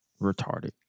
retarded